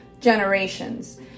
generations